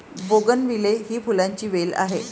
bougainvillea ही फुलांची वेल आहे